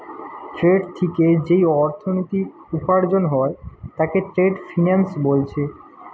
trade থিকে যেই অর্থনীতি উপার্জন হয় তাকে ট্রেড ফিন্যান্স বোলছে